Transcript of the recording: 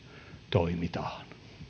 toimitaan